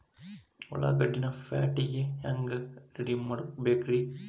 ಉಳ್ಳಾಗಡ್ಡಿನ ಪ್ಯಾಟಿಗೆ ಹ್ಯಾಂಗ ರೆಡಿಮಾಡಬೇಕ್ರೇ?